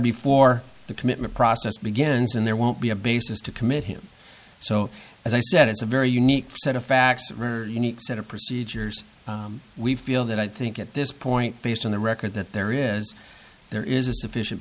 before the commitment process begins and there won't be a basis to commit him so as i said it's a very unique set of facts or unique set of procedures we feel that i think at this point based on the record that there is there is a sufficient